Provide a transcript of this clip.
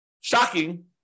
shocking